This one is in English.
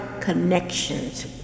connections